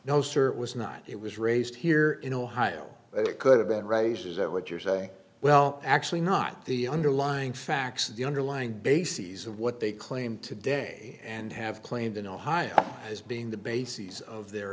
no sir it was not it was raised here in ohio it could have been raised is that what you're say well actually not the underlying facts the underlying bases of what they claim today and have claimed in ohio as being the bases of their